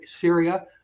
Syria